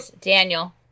Daniel